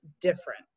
different